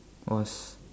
was